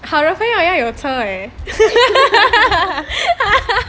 好的朋友要有车嘞